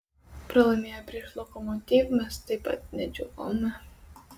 pralaimėję prieš lokomotiv mes taip pat nedžiūgavome